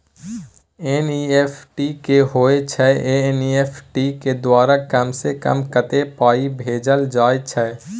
NEFT की होय छै एन.ई.एफ.टी के द्वारा कम से कम कत्ते पाई भेजल जाय छै?